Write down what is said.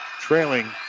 trailing